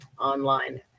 online